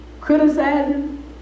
criticizing